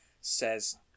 says